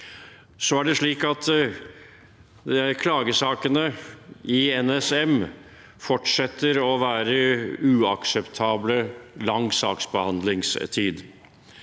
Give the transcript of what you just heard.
Klagesakene i NSM fortsetter å ha uakseptabel lang saksbehandlingstid.